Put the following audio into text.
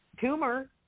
tumor